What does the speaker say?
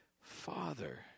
father